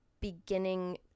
beginning